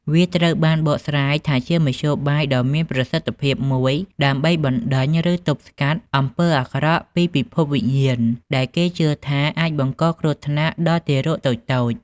វាត្រូវបានបកស្រាយថាជាមធ្យោបាយដ៏មានប្រសិទ្ធភាពមួយ ដើម្បីបណ្តេញ ឬទប់ស្កាត់អំពើអាក្រក់ពីពិភពវិញ្ញាណដែលគេជឿថាអាចបង្កគ្រោះថ្នាក់ដល់ទារកតូចៗ។